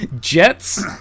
Jets